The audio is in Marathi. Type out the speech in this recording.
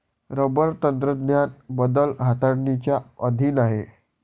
रबर तंत्रज्ञान बदल हाताळणीच्या अधीन आहे